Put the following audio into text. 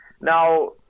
Now